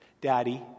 Daddy